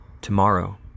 Tomorrow